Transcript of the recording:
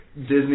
Disney